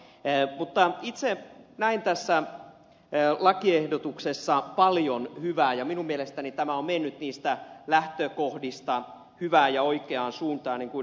mutta itse näin tässä lakiehdotuksessa paljon hyvää ja minun mielestäni tämä on mennyt niistä lähtökohdista hyvään ja oikeaan suuntaan niin kuin ed